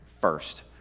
first